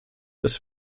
das